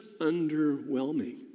underwhelming